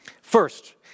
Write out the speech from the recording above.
First